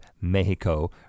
Mexico